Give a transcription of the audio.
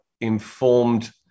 informed